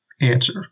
answer